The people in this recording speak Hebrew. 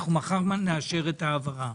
אנחנו מחר נאשר את ההעברה.